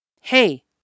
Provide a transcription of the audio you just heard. Hey